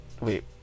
wait